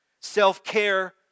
Self-care